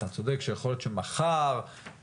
למרות ששלושה מתוך שבעה חברים ממנה הממשלה,